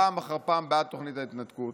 פעם אחר פעם בעד תוכנית ההתנתקות,